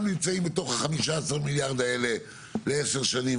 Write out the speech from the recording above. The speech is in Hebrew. נמצאים בתוך ה-15 מיליארד האלה לעשר שנים,